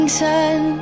sun